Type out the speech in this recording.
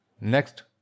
Next